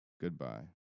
Goodbye